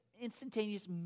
instantaneous